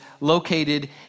located